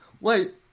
Wait